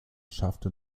schaffte